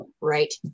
right